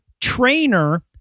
trainer